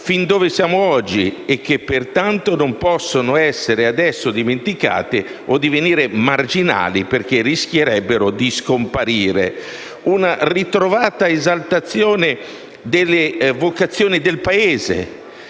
fin dove siamo oggi e che, pertanto, non possono essere adesso dimenticati e divenire marginali perché rischierebbero di scomparire. Una ritrovata esaltazione delle vocazioni del Paese,